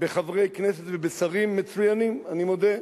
בחברי כנסת ובשרים מצוינים, אני מודה.